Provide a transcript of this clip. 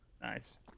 Nice